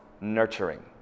nurturing